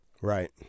Right